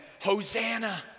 Hosanna